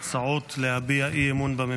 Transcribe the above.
בתקופה שבה הצרכים החברתיים גואים.